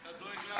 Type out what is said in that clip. אתה דואג לנו?